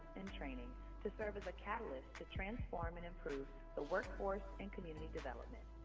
and training to serve as a catalyst to transform and improve the workforce and community development